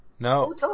No